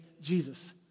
Jesus